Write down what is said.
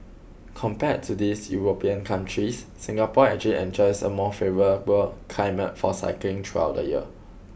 compared to these European countries Singapore actually enjoys a more favourable climate for cycling throughout the year